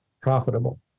profitable